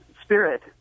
spirit